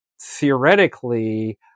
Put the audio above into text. theoretically